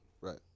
Right